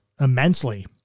immensely